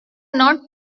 not